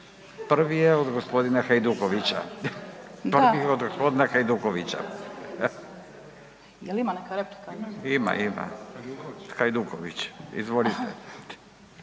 Prvi je od gospodina Hajdukovića, prvi je od gospodina Hajdukovića. …/Upadica: Jel